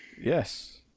Yes